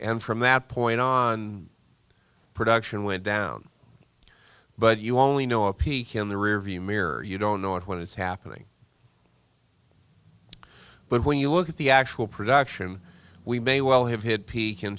and from that point on production went down but you only know a peak in the rearview mirror you don't know when it's happening but when you look at the actual production we may well have hit peak in